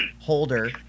holder